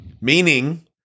meaning